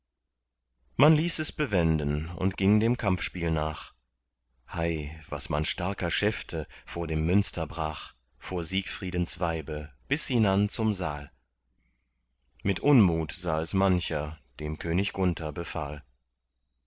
man ließ es bewenden und ging dem kampfspiel nach hei was man starker schäfte vor dem münster brach vor siegfriedens weibe bis hinan zum saal mit unmut sah es mancher dem könig gunther befahl